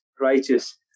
righteous